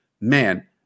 man